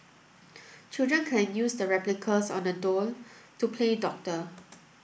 children can use the replicas on the doll to play doctor